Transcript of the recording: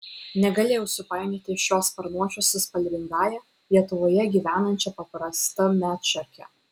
negalėjau supainioti šio sparnuočio su spalvingąja lietuvoje gyvenančia paprasta medšarke